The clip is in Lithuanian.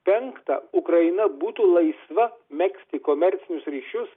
penkta ukraina būtų laisva megzti komercinius ryšius